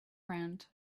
around